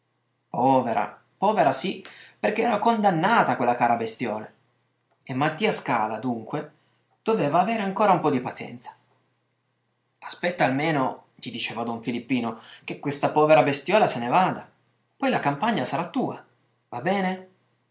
povera povera sì perché era condannata quella cara bestiola e mattia scala dunque doveva avere ancora un po di pazienza aspetta almeno gli diceva don filippino che questa povera bestiola se ne vada poi la campagna sarà tua va bene